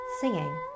singing